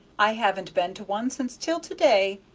i haven't been to one since till to-day,